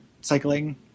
cycling